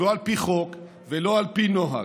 לא על פי חוק ולא על פי נוהל.